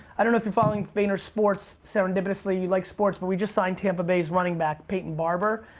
i don't know if you're following vaynersports, serendipitously you like sports, but we just signed tampa bay's running back, peyton barber,